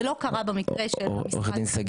זה לא קרה במקרה של --- זה נאמר.